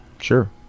Sure